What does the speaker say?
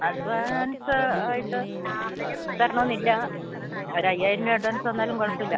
advance ആയിട്ട് തരണമെന്നില്ല ഒരയ്യായിരം രൂപ അഡ്വാന്സ് തന്നാലും കുഴപ്പമില്ല